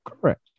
Correct